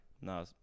No